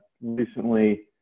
recently